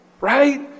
right